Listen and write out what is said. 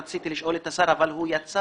רציתי לשאול את השר אבל הוא יצא,